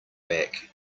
back